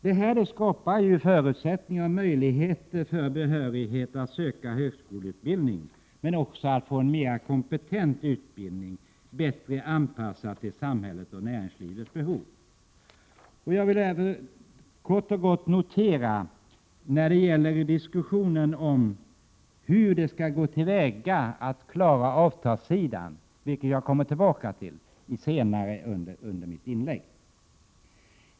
Detta skapar möjligheter både att erhålla behörighet att söka högskoleutbildning och att få en mer kompetent utbildning, bättre anpassad till samhällets och näringslivets krav. Jag kommer senare under mitt inlägg tillbaka till diskussionen om hur man skall klara avtalssidan.